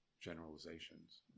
generalizations